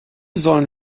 sollen